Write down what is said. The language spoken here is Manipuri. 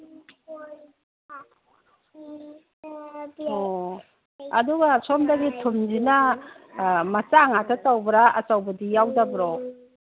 ꯑꯣ ꯑꯗꯨꯒ ꯁꯣꯝꯗꯒꯤ ꯊꯨꯝꯁꯤꯅ ꯃꯆꯥ ꯉꯥꯛꯇ ꯇꯧꯕ꯭ꯔꯥ ꯑꯆꯧꯕꯗꯤ ꯌꯥꯎꯗꯕ꯭ꯔꯣ